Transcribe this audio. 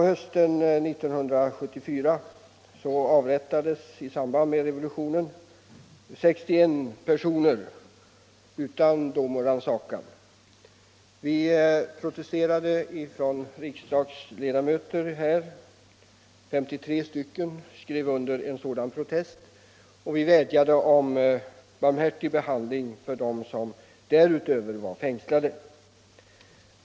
Hösten 1974 avrättades i samband med revolutionen 61 personer utan dom och rannsakan. Riksdagsledamöter protesterade mot detta — 53 stycken skrev under en sådan protest — och vi vädjade om barmhärtig behandling av dem som därutöver var fängslade.